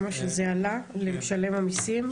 זה מה שעלה למשלם המסים?